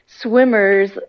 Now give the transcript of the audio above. Swimmers